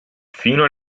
fino